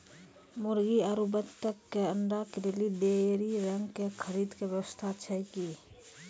मुर्गी आरु बत्तक के अंडा के लेली डेयरी रंग के खरीद के व्यवस्था छै कि?